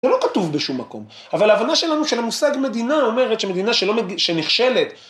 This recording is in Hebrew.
זה לא כתוב בשום מקום, אבל ההבנה שלנו של המושג מדינה אומרת שמדינה שנכשלת...